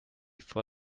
vor